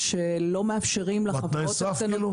יש תנאי סף?